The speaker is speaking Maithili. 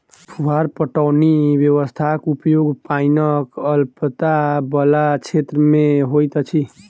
फुहार पटौनी व्यवस्थाक उपयोग पाइनक अल्पता बला क्षेत्र मे होइत अछि